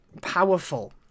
powerful